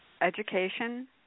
Education